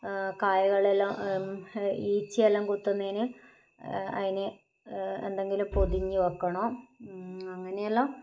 കയ്കളെല്ലാം ഈച്ചയെല്ലാം കൊത്തുന്നതിന് എന്തെങ്കിലും പൊതിഞ്ഞ് വക്കണം അങ്ങനെയുള്ള